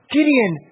Gideon